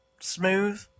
Smooth